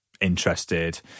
interested